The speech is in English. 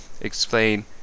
explain